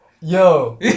Yo